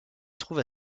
trouve